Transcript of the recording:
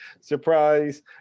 surprise